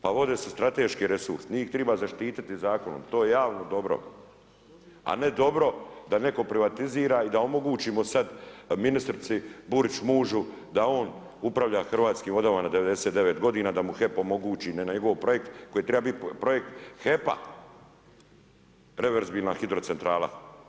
Pa ovdje se strateški resurs, njih treba zaštititi zakonom, to je javno dobro. a ne dobro da netko privatizira i da omogućimo sad mužu ministrice Burić da on upravlja Hrvatskim vodama na 99 godina, da mu HEP omogući na njegov projekt koji treba biti projekt HEP-a reverzibilna hidrocentrala.